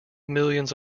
millions